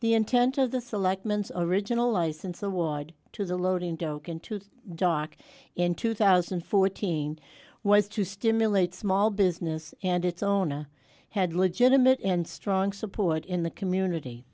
the intent of the selectmen original license award to the loading dock into the dock in two thousand and fourteen was to stimulate small business and its owner had legitimate and strong support in the community